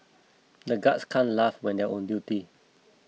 the guards can't laugh when they are on duty